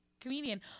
comedian